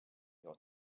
your